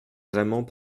vraiment